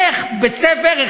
איך בתי-ספר,